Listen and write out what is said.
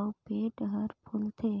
अउ पेट हर फूलथे